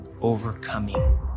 overcoming